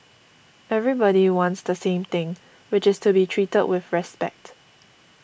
everybody wants the same thing which is to be treated with respect